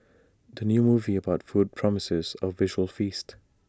the new movie about food promises A visual feast